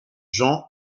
jean